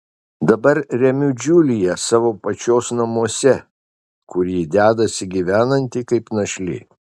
dabar remiu džiuliją savo pačios namuose kur ji dedasi gyvenanti kaip našlė